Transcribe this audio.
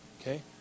Okay